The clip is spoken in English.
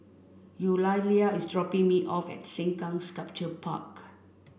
Eulalia is dropping me off at Sengkang Sculpture Park